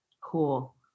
Cool